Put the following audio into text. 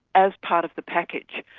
as part of the package.